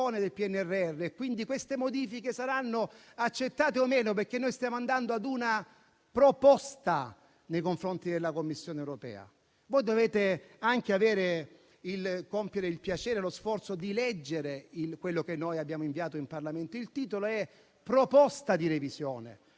del PNRR e quindi queste modifiche saranno accettate o meno, perché ci accingiamo ad avanzare una proposta nei confronti della Commissione europea. Dovete anche compiere lo sforzo di leggere quello che abbiamo inviato in Parlamento. Il titolo è «Proposta di revisione»,